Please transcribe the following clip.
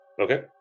Okay